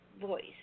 voice